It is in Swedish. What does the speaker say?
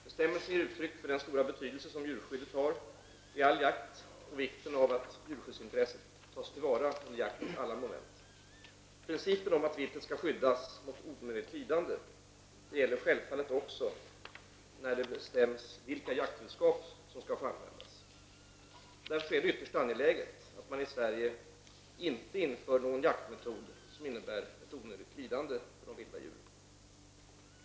Bestämmelsen ger uttryck för den stora betydelse som djurskyddet har vid all jakt och vikten av att djurskyddsintresset tas till vara under jaktens alla moment. Principen om att viltet skall skyddas mot onödigt lidande gäller självfallet också när det bestäms vilka jaktredskap som skall få användas. Därför är det ytterst angeläget att man i Sverige inte inför någon jaktmetod som innebär ett onödigt lidande för de vilda djuren.